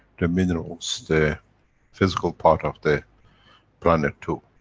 the minerals, the physical part of the planet too.